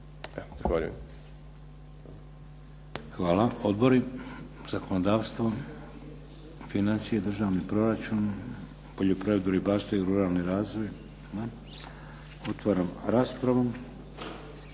Hvala. Odbori, zakonodavstvo? Financije i državni proračun? Poljoprivredu, ribarstvo i ruralni razvoj? Nema. Otvaram raspravu.